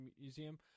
Museum